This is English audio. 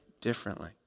differently